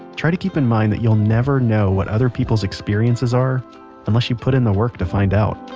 try to keep in mind that you'll never know what other people's experiences are unless you put in the work to find out